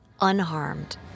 unharmed